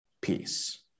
peace